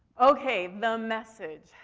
okay. the message.